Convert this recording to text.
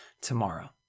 tomorrow